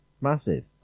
Massive